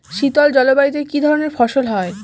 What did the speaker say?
শীতল জলবায়ুতে কি ধরনের ফসল হয়?